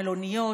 מלוניות,